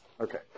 Okay